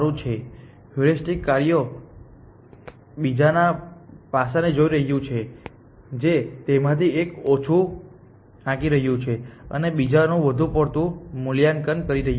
તે હ્યુરિસ્ટિક કાર્યો ના બીજા પાસાને જોઈ રહ્યું છે જે તેમાંથી એકને ઓછું આંકી રહ્યું છે અને બીજાનું વધુ પડતું મૂલ્યાંકન કરી રહ્યું છે